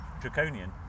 draconian